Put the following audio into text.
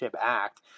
Act